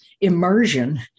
immersion